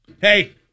Hey